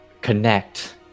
connect